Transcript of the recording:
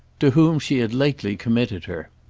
to whom she had lately committed her.